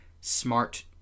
smart